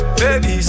baby